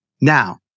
Now